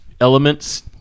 elements